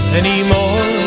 anymore